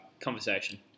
conversation